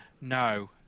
No